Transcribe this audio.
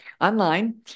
online